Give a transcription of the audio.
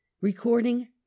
Recording